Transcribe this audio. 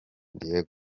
diego